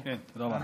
עמית.